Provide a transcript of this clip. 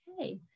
okay